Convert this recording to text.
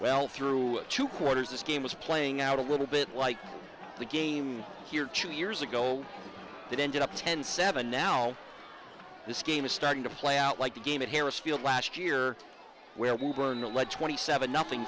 well through two quarters this game is playing out a little bit like the game here two years ago that ended up ten seven now this game is starting to play out like a game at harris field last year where we were in the ledge twenty seven nothing